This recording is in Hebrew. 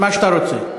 מה שאתה רוצה.